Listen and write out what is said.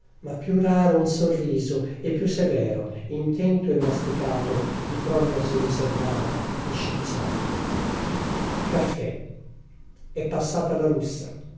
ma più raro un sorriso e più severo intento e masticato di prognosi riservata le scienziate caffè è passata la russa